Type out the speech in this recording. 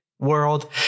world